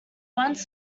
once